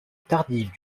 tardive